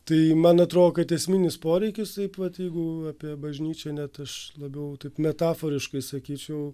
tai man atrodo kad esminis poreikis taip vat jeigu apie bažnyčią net aš labiau taip metaforiškai sakyčiau